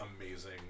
amazing